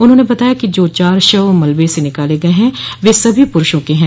उन्होंने बताया है कि जो चार शव मलबे से निकाले गये हैं वे सभी पुरूषों के हैं